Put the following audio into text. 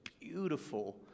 beautiful